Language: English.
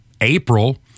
April